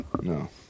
No